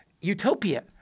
utopia